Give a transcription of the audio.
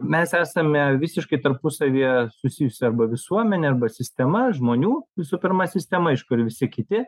mes esame visiškai tarpusavyje susijusi arba visuomenė arba sistema žmonių visų pirma sistema iš kur visi kiti